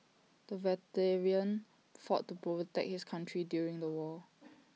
the veteran fought to protect his country during the war